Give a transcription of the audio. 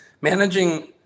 managing